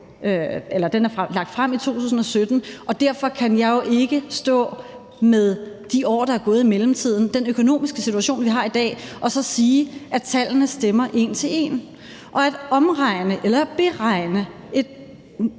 indtil nu, lagt frem i 2017, og derfor kan jeg jo ikke stå med de år, der er gået i mellemtiden, og den økonomiske situation, vi har i dag, og så sige, at tallene stemmer en til en. Hovedmålet er at omregne eller at beregne et